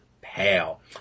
Pale